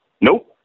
Nope